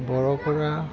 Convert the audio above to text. बर'फोरा